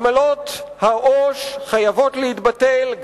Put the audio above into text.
עמלות העו"ש חייבות להתבטל,